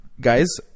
Guys